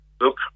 look